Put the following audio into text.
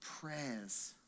prayers